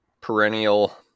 perennial